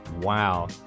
Wow